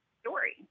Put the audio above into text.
story